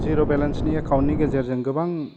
जिर' बेलेन्सनि एकान्डनि गेजेरजों गोबां